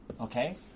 okay